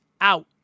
out